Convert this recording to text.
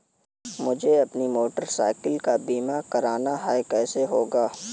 मुझे अपनी motorcycle का बीमा करना है कैसे होगा?